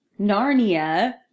Narnia